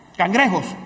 cangrejos